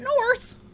north